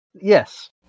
yes